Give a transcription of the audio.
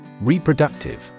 Reproductive